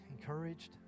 encouraged